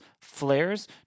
flares